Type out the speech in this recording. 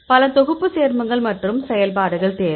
பல தொகுப்பு சேர்மங்கள் மற்றும் செயல்பாடுகள் தேவை